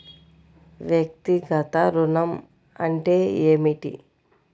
వ్యక్తిగత ఋణం అంటే ఏమిటి?